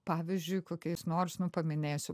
pavyzdžiui kokiais nors nu paminėsiu